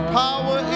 power